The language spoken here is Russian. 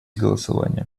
голосования